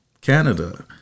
canada